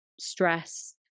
stress